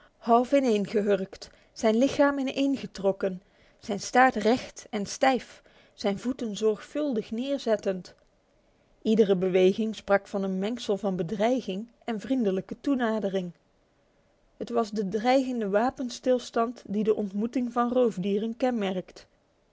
half ineengehurkt zijn lichaam ingetrokken zijn staart recht en stijf zijn voeten zorgvuldig neerzettend iedere beweging sprak van een mengsel van bedreiging en vriendelijke toenadering het was de dreigende wapenstilstand die de ontmoeting van roofdieren kenmerkt